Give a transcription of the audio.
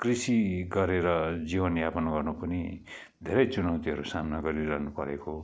कृषि गरेर जीवन यापन गर्नु पनि धेरै चुनौतीहरू सामना गरिरहनु परेको